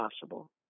possible